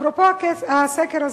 אפרופו הסקר הזה.